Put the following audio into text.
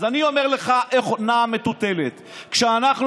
אז אני אומר לך איך נעה המטוטלת: כשאנחנו